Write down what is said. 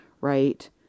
right